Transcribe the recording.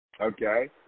Okay